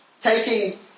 Taking